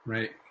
Right